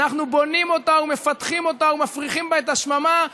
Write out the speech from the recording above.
אנחנו בונים אותה ומפתחים אותה ומפריחים בה את השממה.